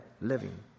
living